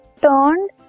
turned